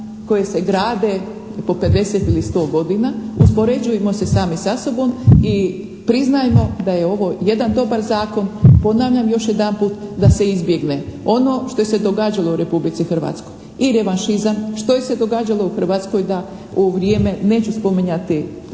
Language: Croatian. koje se grade po 50 ili 100 godina. Uspoređujmo se sami sa sobom i priznajmo da je ovo jedan dobar zakon. Ponavljam još jedanput da se izbjegne ono što se događalo u Republici Hrvatskoj. I revanšizam, što se događalo u Hrvatskoj da u vrijeme, neću spominjati